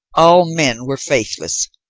all men were faithless.